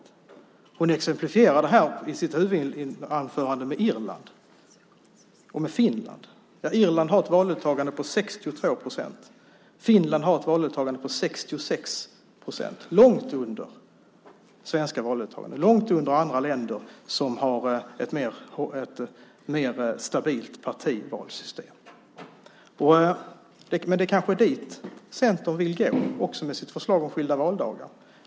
I sitt huvudanförande exemplifierar Annie Johansson detta med Irland och Finland. Irland har ett valdeltagande på 62 procent. Finland har ett valdeltagande på 66 procent. Det är långt under det svenska valdeltagandet och långt under andra länder som har ett mer stabilt partivalssystem. Det kanske är dit Centern vill komma även med sitt förslag om skilda valdagar.